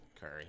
Curry